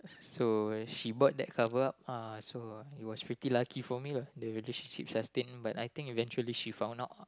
so she bought that cover up ah so it was pretty lucky for me lah the relationship sustain but I think eventually she found out